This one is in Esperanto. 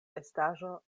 estaĵo